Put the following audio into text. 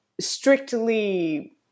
strictly